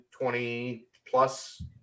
20-plus